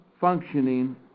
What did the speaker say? functioning